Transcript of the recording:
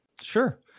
Sure